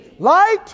Light